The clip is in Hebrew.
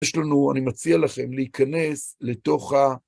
יש לנו, אני מציע לכם להיכנס לתוך ה...